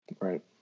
right